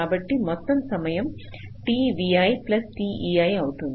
కాబట్టి మొత్తం సమయం tt అవుతుంది